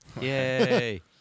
Yay